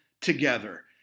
together